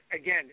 again